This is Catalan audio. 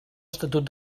estatut